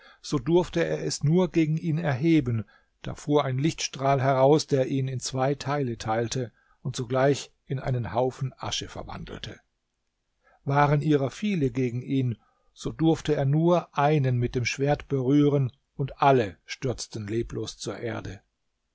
so durfte er es nur gegen ihn erheben da fuhr ein lichtstrahl heraus der ihn in zwei teile teilte und sogleich in einen haufen asche verwandelte waren ihrer viele gegen ihn so durfte er nur einen mit dem schwert berühren und alle stürzten leblos zur erde